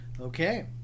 Okay